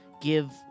give